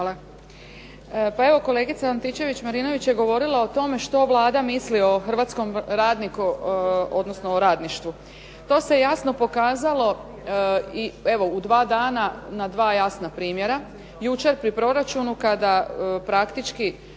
lijepa. Pa evo kolegica Antičević-Marinović je govorila o tome što Vlada misli o hrvatskom radniku odnosno o radništvu, to se jasno pokazalo u dva dana na dva jasna primjera. Jučer na proračunu kada praktički